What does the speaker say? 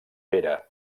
pere